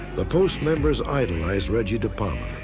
the post members idolized reggie depalma.